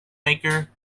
maker